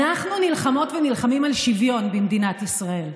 אנחנו נלחמות ונלחמים על שוויון במדינת ישראל.